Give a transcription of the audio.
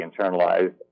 internalized